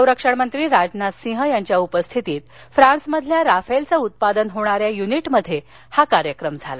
संरक्षण मंत्री राजनाथ सिंग यांच्या उपस्थितीत फ्रान्समधील राफेलचं उत्पादन होणाऱ्या यनिटमधे हा कार्यक्रम झाला